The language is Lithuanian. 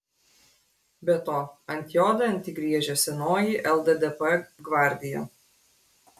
be to ant jo dantį griežia senoji lddp gvardija